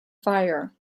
fire